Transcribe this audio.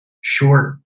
short